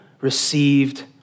received